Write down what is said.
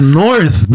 north